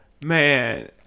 Man